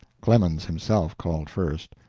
clemens himself called first.